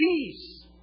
peace